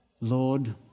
Lord